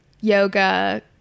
yoga